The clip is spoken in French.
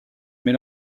mais